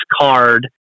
card